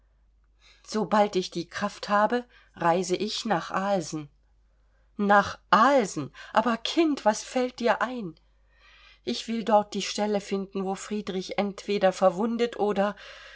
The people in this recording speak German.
sobald ich die kraft habe reise ich nach alsen nach alsen aber kind was fällt dir ein ich will dort die stelle finden wo friedrich entweder verwundet oder